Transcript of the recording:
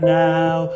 now